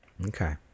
okay